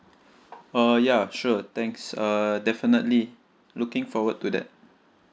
uh ya sure thanks err definitely looking forward to that